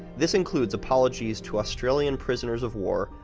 this includes apologies to australian prisoners of war,